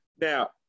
Now